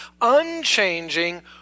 unchanging